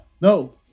No